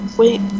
wait